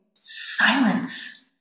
silence